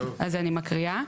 אז אני מקריאה.